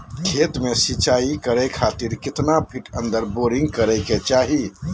खेत में सिंचाई करे खातिर कितना फिट अंदर बोरिंग करे के चाही?